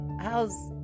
How's